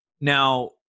Now